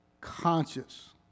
conscious